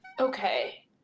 Okay